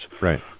Right